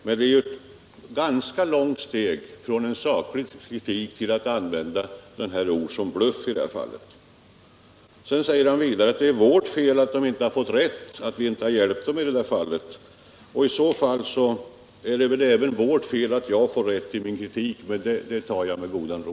Men det är ett ganska långt steg från en saklig kritik till att använda ord som bluff. Han säger vidare att det är vårt fel att vpk inte har fått rätt, att vi inte har hjälpt vpk i det här fallet. I så fall är det väl vårt fel även att jag får rätt i min kritik — men det tar jag med godan ro.